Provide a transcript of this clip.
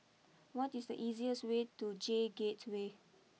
what is the easiest way to J Gateway